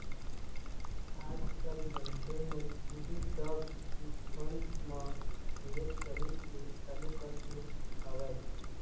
आज कल मनखे मन इही सब मन म निवेश करे के चालू कर दे हवय